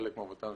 כחלק מעבודתם,